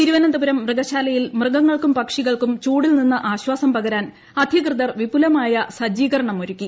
തിരുവനന്തപുരം മൃഗശാലയിൽ മൃഗങ്ങൾക്കും പക്ഷികൾക്കും ചൂടിൽ നിന്ന് ആശ്വാസം പകരാൻ അധികൃതർ വിപുലമായ സജ്ജീകരണമൊരുക്കി